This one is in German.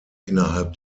innerhalb